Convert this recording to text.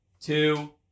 two